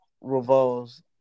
revolves